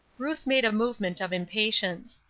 ruth made a movement of impatience.